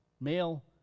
male